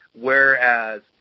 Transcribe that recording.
whereas